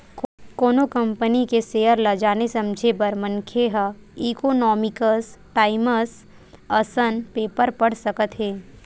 कोनो कंपनी के सेयर ल जाने समझे बर मनखे ह इकोनॉमिकस टाइमस असन पेपर पड़ सकत हे